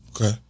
Okay